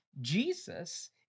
Jesus